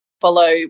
follow